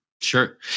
Sure